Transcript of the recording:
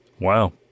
Wow